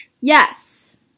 Yes